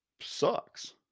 sucks